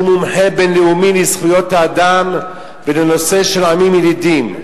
שהוא מומחה בין-לאומי לזכויות האדם ולנושא של עמים ילידיים,